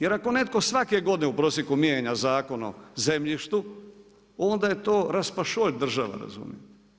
Jer ako netko svake godine u prosjeku mijenja zakon o zemljištu, onda je to raspašoj država, razumijete.